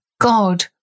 God